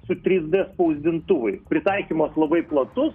su trys d spausdintuvais pritaikymas labai platus